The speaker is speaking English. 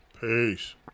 peace